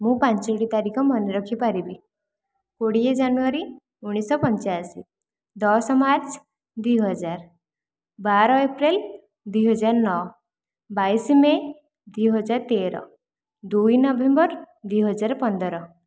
ମୁଁ ପାଞ୍ଚୋଟି ତାରିଖ ମନେ ରଖିପାରିବି କୋଡ଼ିଏ ଜାନୁଆରୀ ଉଣିଶ ପଞ୍ଚାଅଶୀ ଦଶ ମାର୍ଚ୍ଚ ଦୁଇ ହଜାର ବାର ଏପ୍ରିଲ ଦୁଇ ହଜାର ନଅ ବାଇଶ ମେ' ଦୁଇ ହଜାର ତେର ଦୁଇ ନଭେମ୍ବର ଦୁଇ ହଜାର ପନ୍ଦର